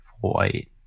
white